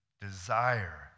Desire